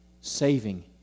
saving